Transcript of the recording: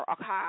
okay